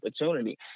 opportunity